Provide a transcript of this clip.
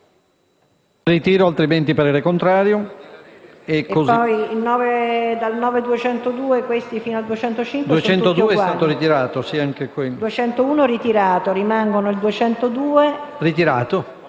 ritiro, altrimenti il parere è contrario.